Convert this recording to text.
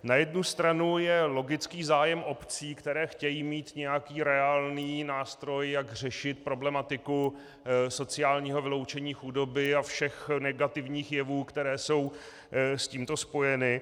Na jednu stranu je logický zájem obcí, které chtějí mít nějaký reálný nástroj, jak řešit problematiku sociálního vyloučení, chudoby a všech negativních jevů, které jsou s tímto spojeny.